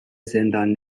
زندان